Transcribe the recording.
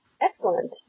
Excellent